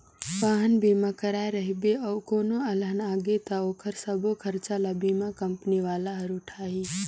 वाहन बीमा कराए रहिबे अउ कोनो अलहन आगे त ओखर सबो खरचा ल बीमा कंपनी वाला हर उठाही